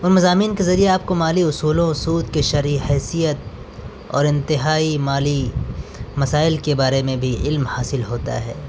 ان مضامین کے ذریعے آپ کو مالی اصولوں و سود کے شرعی حیثیت اور انتہائی مالی مسائل کے بارے میں بھی علم حاصل ہوتا ہے